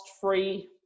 free